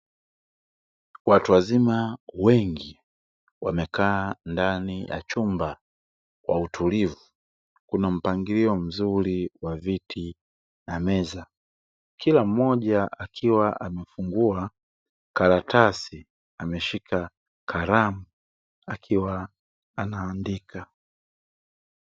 Watu wazima wengi wamekaa ndani ya chumba kwa utulivu, kuna mpangilio mzuri wa viti na meza, kila mmoja akiwa amefungua karatasi ameshika kalamu akiwa anaandika.